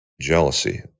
jealousy